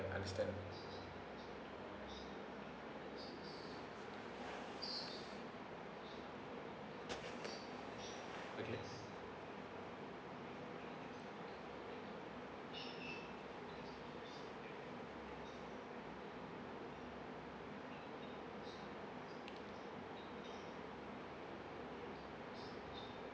ya understand okay